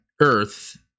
Earth